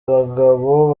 abagabo